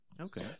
okay